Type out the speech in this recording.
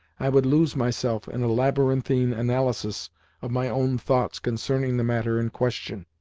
i would lose myself in a labyrinthine analysis of my own thoughts concerning the matter in question.